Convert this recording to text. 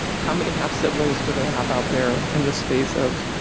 how many half-siblings do they have out there in the space of